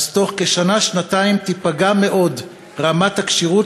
אז תוך כשנה-שנתיים תיפגע מאוד רמת הכשירות